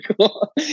cool